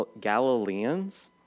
Galileans